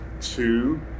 two